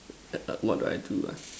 what do I do ah